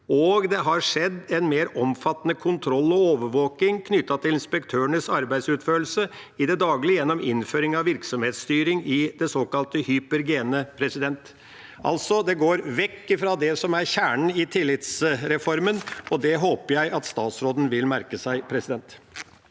og det har skjedd en mer omfattende kontroll og overvåking knyttet til inspektørenes arbeidsutførelse i det daglige gjennom innføring av virksomhetsstyring i det såkalte Hypergene. Det går vekk ifra det som er kjernen i tillitsreformen, og det håper jeg at statsråden vil merke seg. Gisle